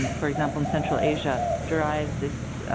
for example in central asia derided ah.